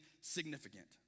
significant